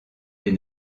des